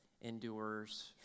endures